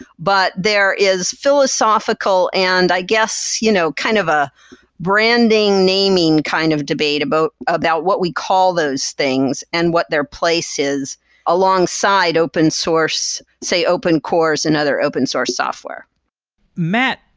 but there is philosophical and i guess you know kind of a branding, naming kind of debate about about what we call those things and what their place is alongside open source, say open cores and other open source software matt,